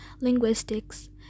linguistics